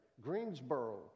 Greensboro